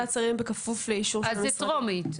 שרים בכפוף לאישור של --- זה עבר בטרומית,